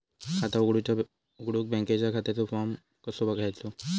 खाता उघडुक बँकेच्या खात्याचो फार्म कसो घ्यायचो?